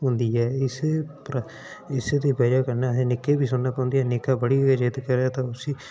होंदी ऐ इस्सै दी बजह कन्नै असें निक्कें दी बी सुनना पौंदी निक्का बड़ा चिर रेहा ते उसी